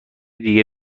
دیگه